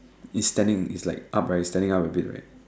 is standing is like standing up a bit right